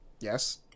yes